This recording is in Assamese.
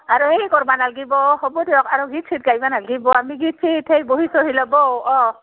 আৰু সেই কৰিব নালাগিব হ'ব দিয়ক আৰু গীত ছিত গাব নালাগিব আমি গীত চিত সেই বহি চহি ল'ব অ'